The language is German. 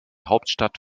hauptstadt